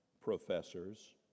professors